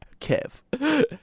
Kev